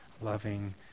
loving